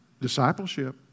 discipleship